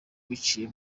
biciye